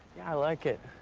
i like it.